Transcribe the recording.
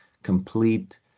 complete